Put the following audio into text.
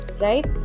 right